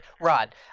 Rod